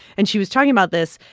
and she was talking about this.